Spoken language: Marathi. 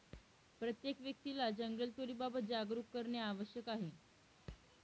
प्रत्येक व्यक्तीला जंगलतोडीबाबत जागरूक करणे आवश्यक आहे